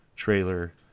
trailer